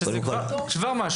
זה כבר משהו.